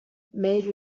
made